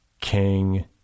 king